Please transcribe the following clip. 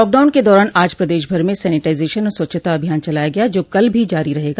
lockdown के दारान आज प्रदेशभर में सैनिटाइजेशन और स्वच्छता अभियान चलाया गया जो कल भी जारी रहेगा